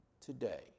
today